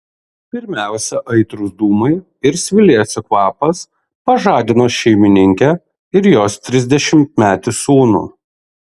pirmiausia aitrūs dūmai ir svilėsių kvapas pažadino šeimininkę ir jos trisdešimtmetį sūnų